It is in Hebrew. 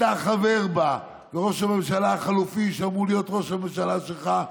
אתה חבר בה וראש הממשלה החליפי שאמור להיות ראש הממשלה שלך,